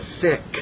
sick